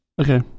okay